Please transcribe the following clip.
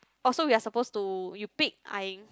orh so we are supposed to you pick I